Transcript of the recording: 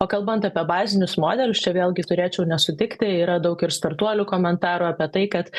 o kalbant apie bazinius modelius čia vėlgi turėčiau nesutikti yra daug ir startuolių komentarų apie tai kad